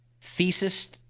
thesis